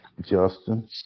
Justin